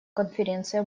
конференция